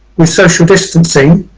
with social distancing,